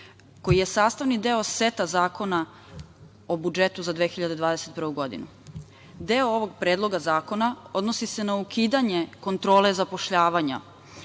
koji je sastavni deo seta zakona o budžetu za 2021. godinu. Deo ovog Predloga zakona odnosi se na ukidanje kontrole zapošljavanja.